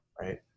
Right